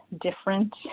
different